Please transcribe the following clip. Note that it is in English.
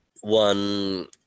one